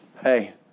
Hey